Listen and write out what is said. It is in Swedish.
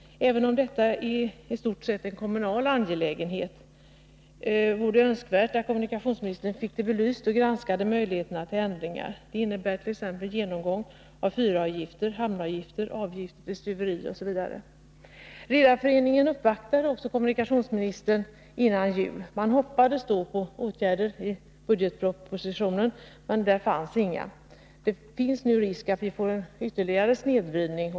Även om detta i stort sett är en kommunal angelägenhet, vore det önskvärt att kommunikationsministern fick detta belyst och granskade eventuella möjligheter till ändringar. Detta innebär en genomgång av fyravgifter, hamnavgifter, avgifter till stuveri osv. Redareföreningen uppvaktade kommunikationsministern före jul. Man hoppades då på åtgärder i budgetpropositionen, men där finns inga. Det är nu risk för att vi får en ytterligare snedvridning.